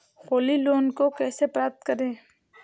Holi loan को कैसे प्राप्त करें?